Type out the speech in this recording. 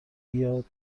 بیاد